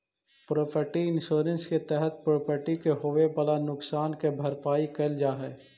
property insurance के तहत property के होवेऽ वाला नुकसान के भरपाई कैल जा हई